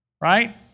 right